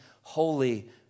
holy